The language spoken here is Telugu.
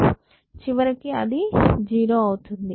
చివరికి అది ౦ అవుతుంది